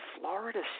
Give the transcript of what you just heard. Florida